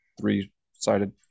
three-sided